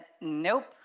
nope